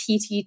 PT